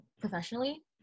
professionally